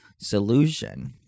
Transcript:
solution